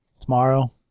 tomorrow